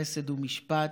חסד ומשפט,